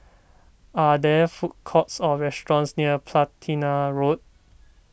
are there food courts or restaurants near Platina Road